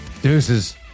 Deuces